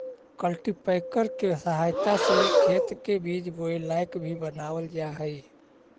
cultipacker के सहायता से खेत के बीज बोए लायक भी बनावल जा हई